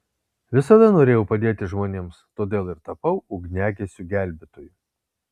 visada norėjau padėti žmonėms todėl ir tapau ugniagesiu gelbėtoju